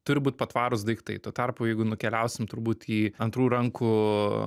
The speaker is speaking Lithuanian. turi būt patvarūs daiktai tuo tarpu jeigu nukeliausim turbūt į antrų rankų